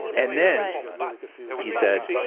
and then he said.